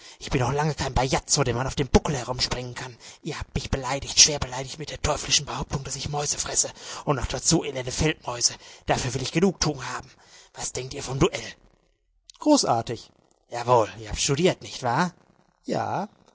ich bin noch lange kein bajazzo dem man auf dem buckel herumspringen kann ihr habt mich beleidigt schwer beleidigt mit der teuflischen behauptung daß ich mäuse fresse und noch dazu elende feldmäuse dafür will ich genugtuung haben was denkt ihr vom duell großartig jawohl ihr habt studiert nicht wahr ja